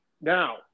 now